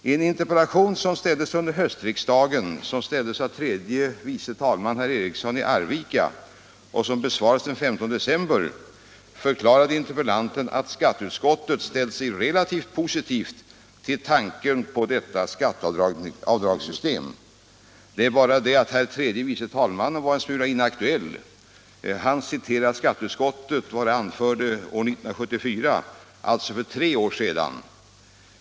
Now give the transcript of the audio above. I en interpellation som ställdes under höstriksdagen av herr tredje vice talmannen Eriksson i Arvika och som besvarades den 15 december förklarade interpellanten att skatteutskottet ställt sig relativt positivt till tanken på detta skatteavdragssystem. Det är bara det att herr tredje vice talmannen var en smula inaktuell. Han citerade vad skatteutskottet anförde 1974, alltså för tre år sedan.